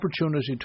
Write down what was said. opportunity